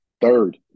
Third